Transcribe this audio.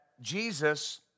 Jesus